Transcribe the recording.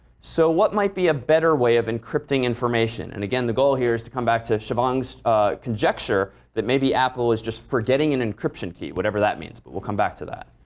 so what might be a better way of encrypting information? and, again, the goal here is to come back to siobhan's conjecture that maybe apple is just forgetting an encryption key, whatever that means. but we'll come back to that.